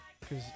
Cause